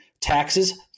Taxes